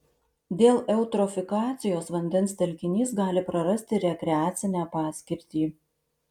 dėl eutrofikacijos vandens telkinys gali prarasti rekreacinę paskirtį